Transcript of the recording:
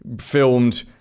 filmed